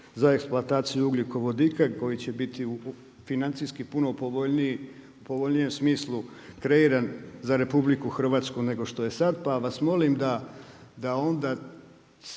za eksploataciju ugljikovodika koji će biti u financijski puno povoljnijem smislu kreiran za RH nego što je sad, pa vas molim da onda